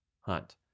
Hunt